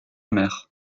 mer